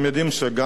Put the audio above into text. גם בצפון,